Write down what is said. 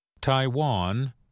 Taiwan